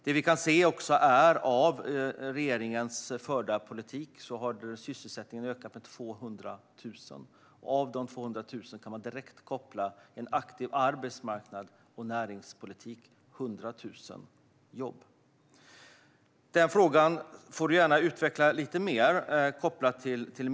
Det vi också kan se är att sysselsättningen har ökat med 200 000 genom regeringens förda politik. Av dessa 200 000 kan man koppla 100 000 jobb direkt till en aktiv arbetsmarknads och näringspolitik. Frågan om myndigheterna får du gärna utveckla lite mer, Ann-Charlotte.